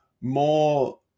more